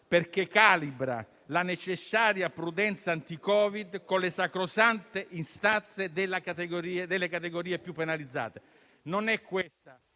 perché calibra la necessaria prudenza anti-Covid con le sacrosante istanze delle categorie più penalizzate. Non è questa